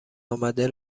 آمده